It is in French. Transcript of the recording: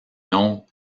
non